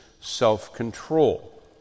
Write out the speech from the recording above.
self-control